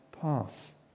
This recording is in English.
path